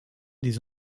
des